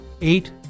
eight